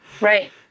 Right